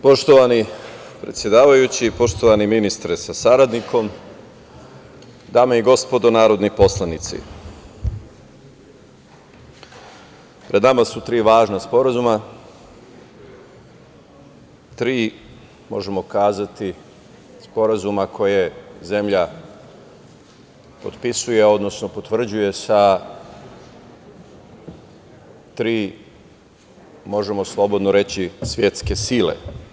Poštovani predsedavajući, poštovani ministre sa saradnikom, dame i gospodo narodni poslanici, pred nama su tri važna sporazuma, tri, možemo kazati, sporazuma koje zemlja potpisuje, odnosno potvrđuje sa tri, možemo slobodno reći, svetske sile.